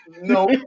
No